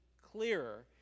clearer